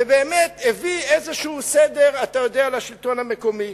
ובאמת הביא איזה סדר, אתה יודע, לשלטון המקומי.